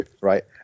right